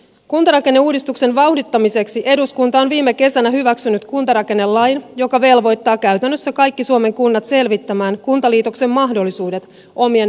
kuntarakenneuudistuksen vauhdittamiseksi eduskunta on viime kesänä hyväksynyt kuntarakennelain joka velvoittaa käytännössä kaikki suomen kunnat selvittämään kuntaliitoksen mahdollisuudet omien naapureidensa kanssa